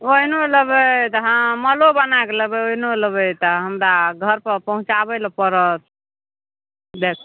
ओहिनो लेबै तऽ हँ मलो बना के लेबै ओहिनो लेबै तऽ हमरा घर पर पहुँचाबै लए पड़त देब